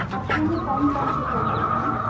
آپ کے یہاں کون کون سی سبزیاں ہیں